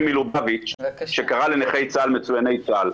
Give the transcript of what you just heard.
מלובביץ' שקרא ל"נכי צה"ל" "מצויני צה"ל".